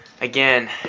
again